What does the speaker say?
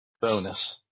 bonus